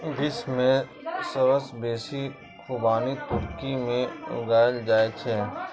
विश्व मे सबसं बेसी खुबानी तुर्की मे उगायल जाए छै